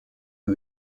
who